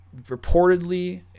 reportedly